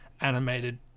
animated